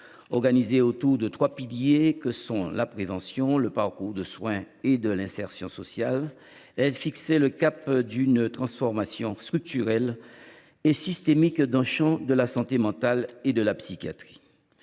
Organisée autour des trois piliers que sont la prévention, le parcours de soins et l’insertion sociale, celle ci fixait le cap d’une transformation structurelle et systémique du champ de la santé mentale et de la psychiatrie.